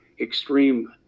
extreme